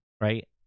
right